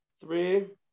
three